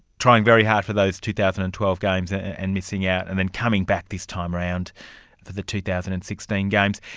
trying very hard for those two thousand and twelve games and missing out, and then coming back this time around for the two thousand and sixteen games.